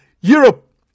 Europe